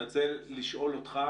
אני רוצה לשאול אותך